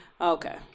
Okay